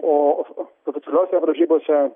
o oficialiose varžybose